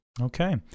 Okay